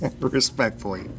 Respectfully